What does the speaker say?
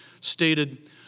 stated